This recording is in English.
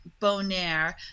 Bonaire